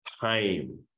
time